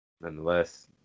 nonetheless